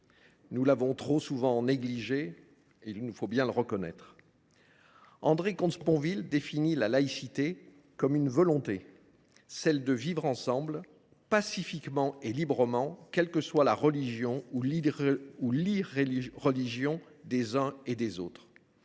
nous avons trop souvent négligé cette dernière. André Comte Sponville définit la laïcité comme « une volonté : celle de vivre ensemble, pacifiquement et librement, quelle que soit la religion ou l’irréligion des uns et des autres